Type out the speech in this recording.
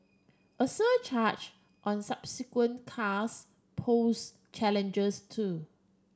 a surcharge on subsequent cars pose challenges too